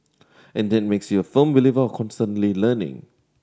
and that makes you a firm believer of constantly learning